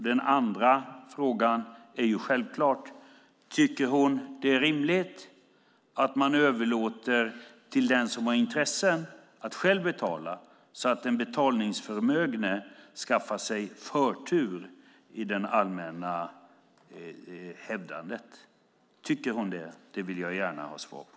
Den andra frågan är självfallet: Tycker hon att det är rimligt att man överlåter till den som har intressen att betala själv, så att den betalningsförmögne skaffar sig förtur i det allmänna hävdandet? Tycker hon det? Det vill jag gärna ha svar på.